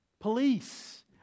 police